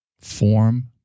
Form